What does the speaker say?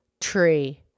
tree